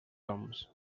oms